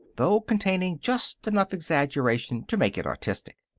though containing just enough exaggeration to make it artistic.